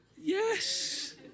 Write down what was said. Yes